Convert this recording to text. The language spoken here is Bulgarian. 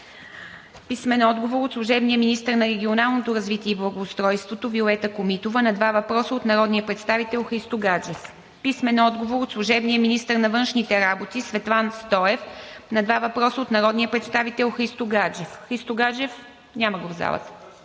Христо Гаджев; - служебния министър на регионалното развитие и благоустройството Виолета Комитова на два въпроса от народния представител Христо Гаджев; - служебния министър на външните работи Светлан Стоев на два въпроса от народния представител Христо Гаджев; - служебния министър